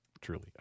Truly